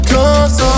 Cause